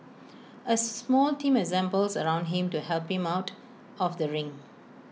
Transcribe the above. A small team assembles around him to help him out of the ring